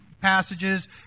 passages